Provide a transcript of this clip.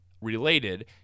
Related